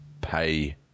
pay